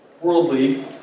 worldly